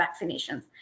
vaccinations